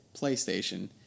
PlayStation